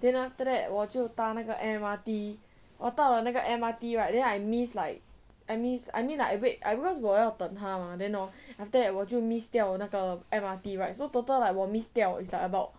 then after that 我就搭那个 M_R_T 我到了那个 M_R_T right then I miss like I miss I mean like I wait I because 我要等他 mah then hor after that 我就 miss 掉那个 M_R_T right so total like 我 miss 掉 is like about